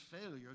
failure